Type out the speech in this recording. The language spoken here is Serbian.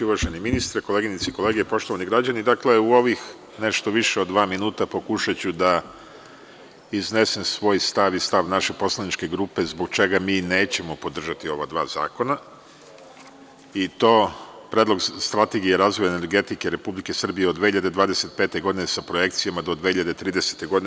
Uvaženi ministre, uvažene koleginice i kolege, poštovani građani, dakle, u ovih nešto više od dva minuta pokušaću da iznesem svoj stav i stav naše poslaničke grupe zbog čega mi nećemo podržati ova dva zakona, i to Predlog strategije i razvoja energetike Republike Srbije od 2025. godine sa projekcijama do 2030. godine.